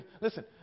listen